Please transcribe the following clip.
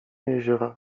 jeziora